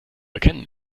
erkennen